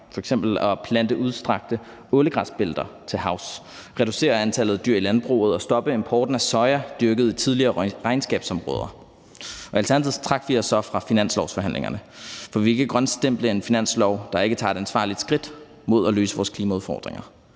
f.eks. at plante udstrakte ålegræsbælter til havs, reducere antallet af dyr i landbruget og stoppe importen af soja dyrket i tidligere regnskovsområder. Og i Alternativet trak vi os så fra finanslovsforhandlingerne, for vi kan ikke grønstemple en finanslov, der ikke tager et ansvarligt skridt mod at løse vores klimaudfordringer;